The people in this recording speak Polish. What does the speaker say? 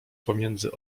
pomiędzy